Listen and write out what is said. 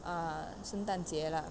ah 圣诞节了